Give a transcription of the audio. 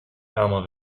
ärmer